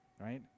Right